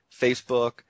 Facebook